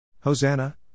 Hosanna